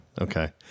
Okay